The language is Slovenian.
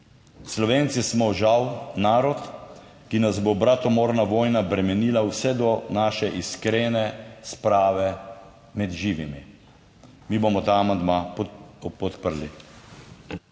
Slovenci smo žal narod, ki nas bo bratomorna vojna bremenila vse do naše iskrene sprave med živimi. Mi bomo ta amandma podprli.